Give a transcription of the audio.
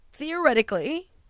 theoretically